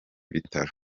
bitaro